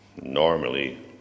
Normally